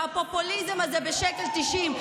והפופוליזם הזה בשקל תשעים,